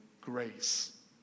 grace